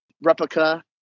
replica